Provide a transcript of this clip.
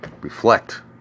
reflect